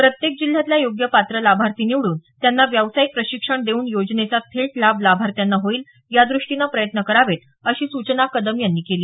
प्रत्येक जिल्ह्यातला योग्य पात्र लाभार्थी निवडून त्यांना व्यावसायिक प्रशिक्षण देऊन योजनेचा थेट लाभ लाभार्थ्यांना होईल यादृष्टीनं प्रयत्न करावेत अशी सूचनाही कदम यांनी यावेळी केली